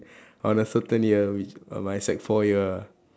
on a certain year which on my sec four year ah